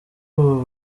ubu